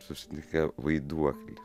susitinka vaiduoklį